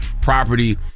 property